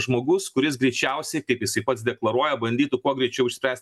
žmogus kuris greičiausiai kaip jisai pats deklaruoja bandytų kuo greičiau išspręst